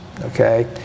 Okay